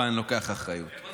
אבל אני לוקח אחריות.